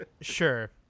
Sure